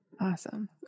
Awesome